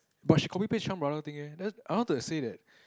but she copy paste Chan-Brother thing eh then I was to say that